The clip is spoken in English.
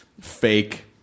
fake